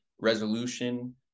resolution